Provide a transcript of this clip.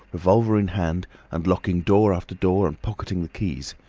revolver in hand and locking door after door and pocketing the keys.